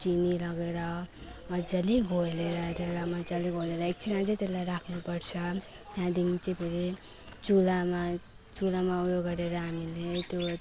चिनी लगाएर मजाले घोलेर त्यसलाई मजाले घोलेर एकछिन अझै त्यसलाई राख्नुपर्छ त्यहाँदेखि चाहिँ फेरि चुल्हामा चुल्हामा उयो गरेर हामीले त्यो